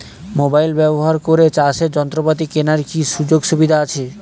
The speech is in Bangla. মোবাইল ব্যবহার করে চাষের যন্ত্রপাতি কেনার কি সুযোগ সুবিধা আছে?